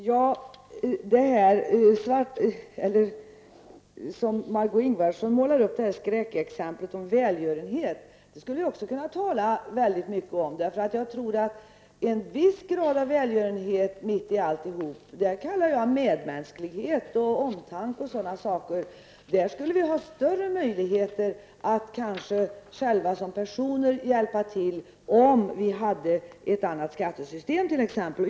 Fru talman! Den skräckbild som Margó Ingvardsson målade upp om välgörenhet skulle även jag kunna tala mycket om. En viss välgörenhet mitt upp i alltihop kallar jag medmänsklighet och omtanke. Vi skulle kanske ha större möjlighet att hjälpa till individuellt, om vi t.ex. hade ett annat skattesystem.